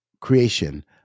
creation